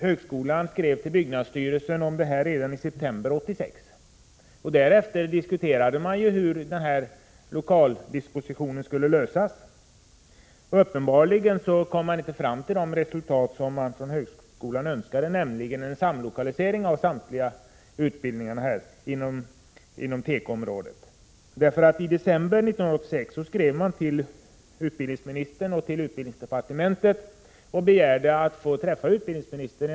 Högskolan skrev till byggnadsstyrelsen med anledning av detta redan i september 1986. Därefter diskuterade man hur frågan om lokaldisposition skulle lösas. Uppenbarligen kom man inte fram till det resultat som högskolan önskade, nämligen en samlokalisering av samtliga utbildningar inom tekoområdet. I december 1986 skrev man till utbildningsdepartementet och begärde att få träffa utbildningsministern.